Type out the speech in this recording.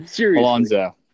Alonzo